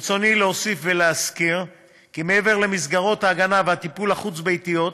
ברצוני להוסיף ולהזכיר כי מעבר למסגרות ההגנה והטיפול החוץ-ביתיות,